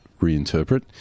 reinterpret